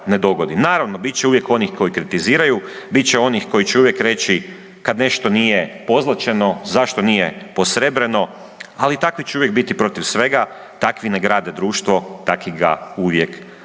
Naravno, bit će uvijek onih koji kritiziraju, bit će onih koji će u vijek reći kad nešto nije pozlaćeno zašto nije posrebreno, ali takvi će uvijek biti protiv svega, takvi ne grade društvo, takvi ga uvijek